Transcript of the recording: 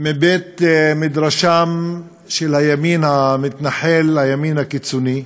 מבית-מדרשם של הימין המתנחל, הימין הקיצוני.